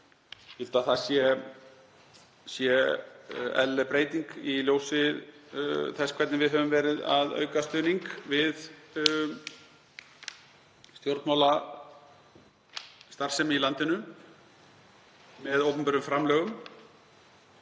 eðlileg breyting í ljósi þess hvernig við höfum verið að auka stuðning við stjórnmálastarfsemi í landinu með opinberum framlögum.